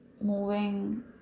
moving